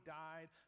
died